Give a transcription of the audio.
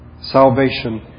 Salvation